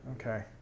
Okay